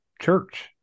church